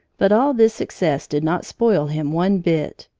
but all this success did not spoil him one bit.